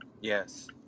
Yes